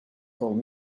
gold